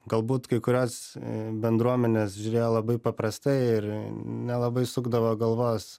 galbūt kai kurios bendruomenės žiūrėjo labai paprastai ir nelabai sukdavo galvos